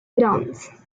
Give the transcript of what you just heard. grounds